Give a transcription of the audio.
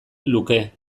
luke